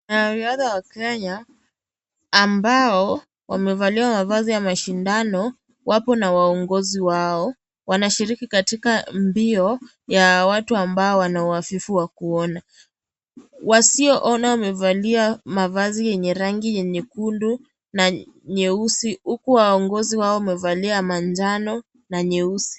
Wanariadha wa kenya ambao wamevalia mavazi ya mashindano wapo na waongozi wao wanashirika katika mbio ya watu ambao wana uhafifu wa kuona . Wasioona wamevalia mavazi yenye rangi ya nyekundu na nyeusi huku viongozi wao wamevalia ya manjano na nyeusi.